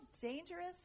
dangerous